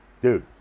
Dude